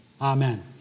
Amen